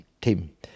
team